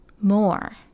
more